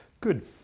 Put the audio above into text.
Good